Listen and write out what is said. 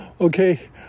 okay